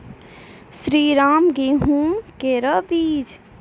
श्रीराम गेहूँ केरो बीज?